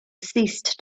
ceased